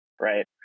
Right